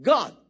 God